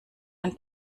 ein